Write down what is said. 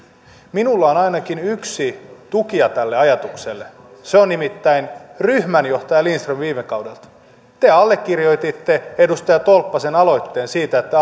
minulla on ainakin yksi tukija tälle ajatukselle se on nimittäin ryhmänjohtaja lindström viime kaudelta te allekirjoititte edustaja tolppasen aloitteen siitä että